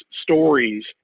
stories